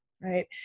right